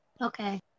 Okay